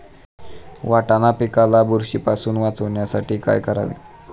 वाटाणा पिकाला बुरशीपासून वाचवण्यासाठी काय करावे?